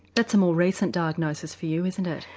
that's a more recent diagnosis for you isn't it?